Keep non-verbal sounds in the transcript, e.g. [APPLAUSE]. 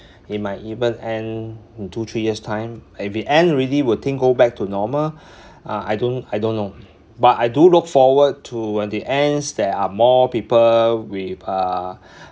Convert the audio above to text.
it might even end in two three years' time and if it end really will thing go back to normal [BREATH] I don't I don't know but I do look forward to when it ends there are more people with uh